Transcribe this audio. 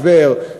הסבר,